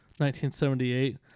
1978